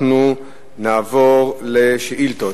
אנחנו נעבור לשאילתות.